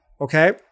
Okay